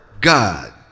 God